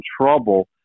trouble